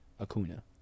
Acuna